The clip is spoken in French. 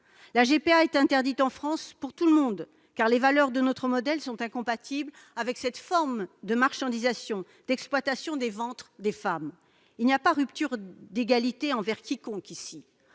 est interdite en France pour tout le monde, car les valeurs de notre modèle sont incompatibles avec cette forme de marchandisation, d'exploitation des ventres des femmes. Il n'y a pas en l'espèce de rupture d'égalité envers quiconque.